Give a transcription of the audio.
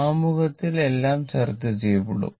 ആമുഖത്തിൽ എല്ലാം ചർച്ച ചെയ്യപ്പെടും